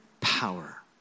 power